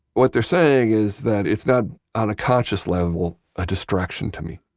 what they're saying is that it's not on a conscious level a distraction to me.